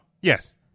Yes